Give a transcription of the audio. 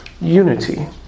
unity